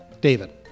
David